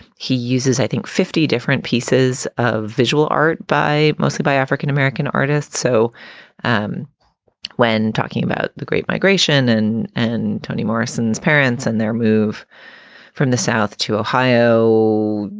he uses, i think, fifty different pieces of visual art by mostly by african-american artists so um when talking about the great migration and and toni morrison's parents and their move from the south to ohio,